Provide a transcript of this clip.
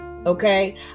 Okay